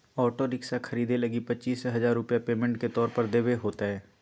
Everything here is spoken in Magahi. ऑटो रिक्शा खरीदे लगी पचीस हजार रूपया पेमेंट के तौर पर देवे होतय